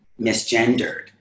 misgendered